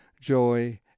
joy